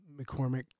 McCormick